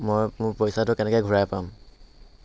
মই মোৰ পইচাটো কেনেকৈ ঘূৰাই পাম